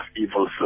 evil